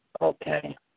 Okay